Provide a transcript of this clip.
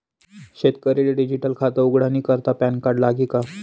शेतकरीले डिजीटल खातं उघाडानी करता पॅनकार्ड लागी का?